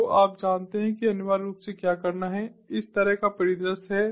तो आप जानते हैं कि अनिवार्य रूप से क्या करना है इस तरह का परिदृश्य है